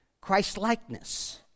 Christ-likeness